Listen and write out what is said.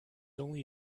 only